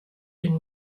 den